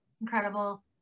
incredible